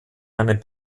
einem